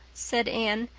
said anne,